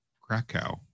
Krakow